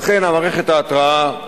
ואכן מערכת ההתרעה,